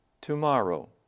Tomorrow